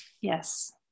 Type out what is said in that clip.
yes